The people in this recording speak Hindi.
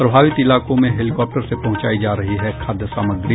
प्रभावित इलाकों में हेलिकॉप्टर से पहुंचायी जा रही है खाद्य सामग्री